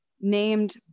named